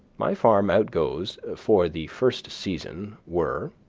my farm outgoes for the first season were,